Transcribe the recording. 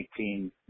2018